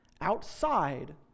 outside